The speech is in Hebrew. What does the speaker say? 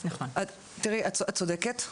תראי, את צודקת.